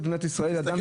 אדם